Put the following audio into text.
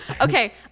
Okay